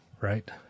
Right